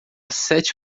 sete